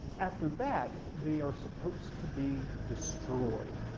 after that, they are supposed to be destroyed,